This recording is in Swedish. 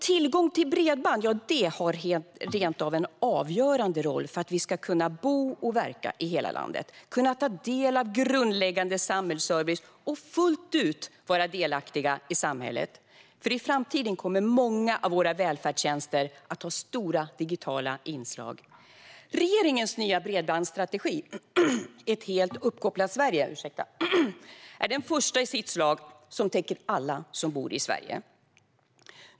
Tillgång till bredband har rent av en avgörande roll för att vi ska kunna bo och verka i hela landet, kunna ta del av grundläggande samhällsservice och fullt ut vara delaktiga i samhället. I framtiden kommer nämligen många av våra välfärdstjänster att ha stora digitala inslag. Regeringens nya bredbandsstrategi, Ett helt uppkopplat Sverige, är den första i sitt slag som täcker alla som bor i Sverige.